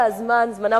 זמנם של היהודים,